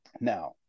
now